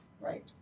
Right